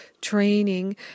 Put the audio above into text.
Training